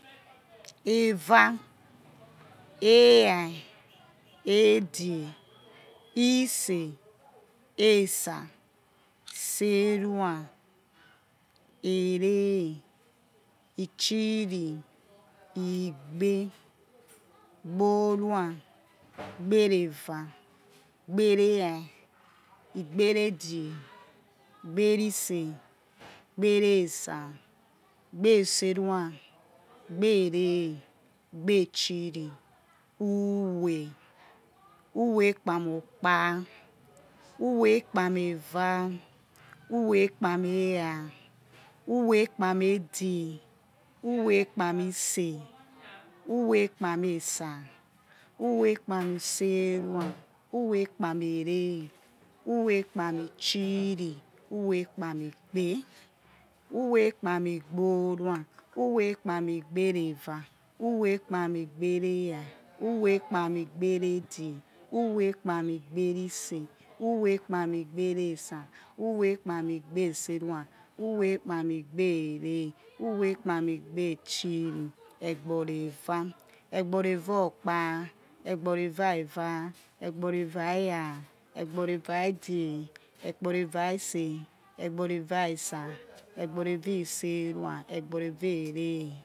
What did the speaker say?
Eva, era, edge, ise̱, esa, serua, ere, itchiri, igbe, igborua, igberi eva, igberi era, igberi edge, igberi ise, igberi esa, igberi ere, igbe itchiri, uwe, uwe ikpami okpa, uwe ikpami eva, uwe ikpami era, uwe ikpami edge, uwe ikpami ese̱, uwe ikpami esa, uwe ikpami ere, uwe ikpami itchiri, uwe ikpami igbe, uwe ikpami igborua, uwe ikpami igberi eva, uwe ikpami igberi era, uwe ikpami igberi edge, uwe ikpami igberi ise, uwe ikpami igberi esa, uwe ikpami igberi serua, uwe ikpami igberi ere, uwe ikpami igberi itchiri, egbori eva, egbori eva okpa, egbori eva eva, egbori eva era, egbori eva edge, egbori eva ise, egbori eva esa, egbori eva iserua̱, egbori eva ere